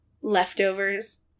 leftovers